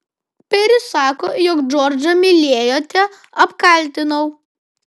peris sako jog džordžą mylėjote apkaltinau